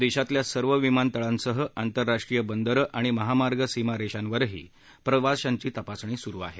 देशातल्या सर्व विमानतळांसह आंतरराष्ट्रीय बंदर आणि महामार्ग सीमारेषांवरही प्रवाशांची तपासणी सुरु आहे